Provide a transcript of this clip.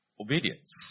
obedience